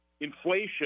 inflation